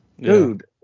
dude